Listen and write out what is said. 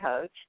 coach